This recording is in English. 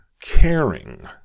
caring